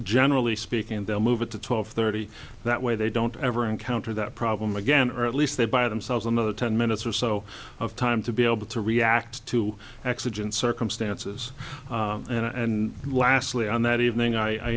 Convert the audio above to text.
generally speaking they'll move it to twelve thirty that way they don't ever encounter that problem again or at least they buy themselves another ten minutes or so of time to be able to react to exigent circumstances and lastly on that evening i